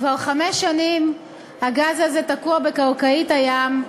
וכבר חמש שנים הגז הזה תקוע בקרקעית הים,